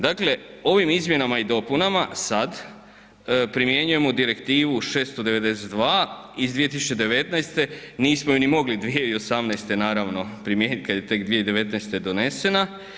Dakle, ovim izmjenama i dopunama sad primjenjujemo Direktivu 692 iz 2019., nismo ju ni mogli 2018. naravno primijeniti kad je tek 2019. donesena.